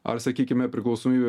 ar sakykime priklausomy